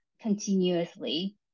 continuously